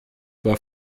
war